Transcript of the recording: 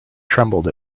trembled